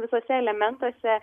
visuose elementuose